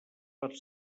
per